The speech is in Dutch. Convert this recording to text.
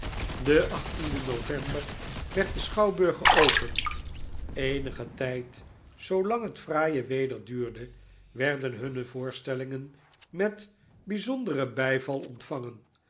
de november werd de schouwburg geopend eenigen tijd zoolang het fraaie weder duurde werden hunne voorstellingen metbijzonderen bijval ontvangen